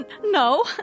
No